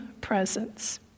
presence